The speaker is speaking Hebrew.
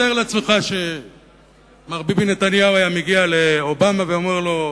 תאר לעצמך שמר ביבי נתניהו היה מגיע לאובמה ואומר לו: